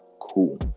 cool